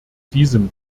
diesem